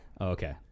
Okay